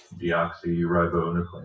deoxyribonucleic